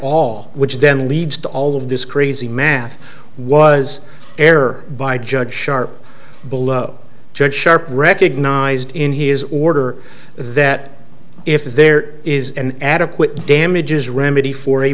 all which then leads to all of this crazy math was error by judge sharp below judge sharp recognized in his order that if there is an adequate damages remedy for a